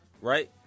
right